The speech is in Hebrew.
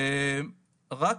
רק